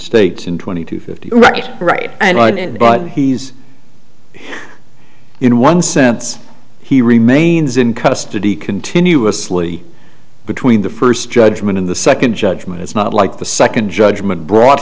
states in twenty to fifty iraqi right and right and but he's in one sense he remains in custody continuously between the first judgment of the second judgement it's not like the second judgment brought